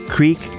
Creek